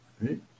right